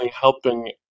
helping